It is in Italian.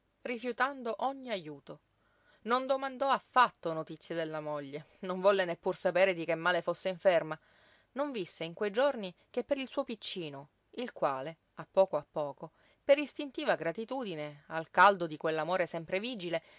rifiutando ogni ajuto non domandò affatto notizie della moglie non volle neppur sapere di che male fosse inferma non visse in quei giorni che per il suo piccino il quale a poco a poco per istintiva gratitudine al caldo di quell'amore sempre vigile